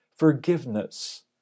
forgiveness